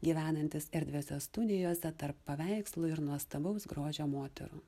gyvenantis erdviose studijose tarp paveikslų ir nuostabaus grožio moterų